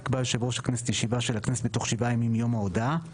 יקבע יושב-ראש הכנסת ישיבה של הכנסת מתוך שבעה ימים מיום ההודעה".